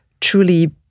truly